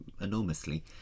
enormously